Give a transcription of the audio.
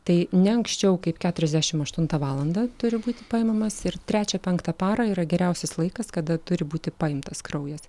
tai ne anksčiau kaip keturiasdešimt aštuntą valandą turi būti paimamas ir trečią penktą parą yra geriausias laikas kada turi būti paimtas kraujas